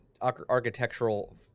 architectural